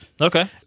Okay